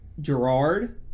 Gerard